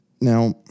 Now